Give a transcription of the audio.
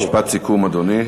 משפט סיכום, אדוני.